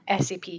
SAP